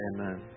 Amen